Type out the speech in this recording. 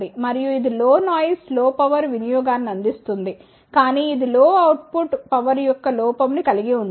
మరియు ఇది low noise low power వినియోగాన్ని అందిస్తుంది కానీ ఇది లో అవుట్ పుట్ పవర్ యొక్క లోపం ని కలిగి ఉంటుంది